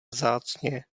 vzácně